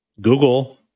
Google